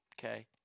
Okay